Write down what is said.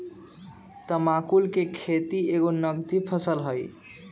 तमाकुल कें खेति एगो नगदी फसल हइ